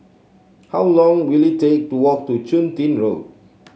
how long will it take to walk to Chun Tin Road